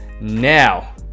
now